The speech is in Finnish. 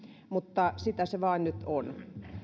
mutta sitä se vain nyt on